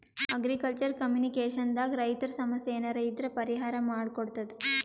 agriculture communication ದಾಗ್ ರೈತರ್ ಸಮಸ್ಯ ಏನರೇ ಇದ್ರ್ ಪರಿಹಾರ್ ಮಾಡ್ ಕೊಡ್ತದ್